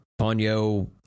ponyo